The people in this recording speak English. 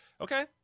okay